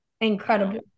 incredible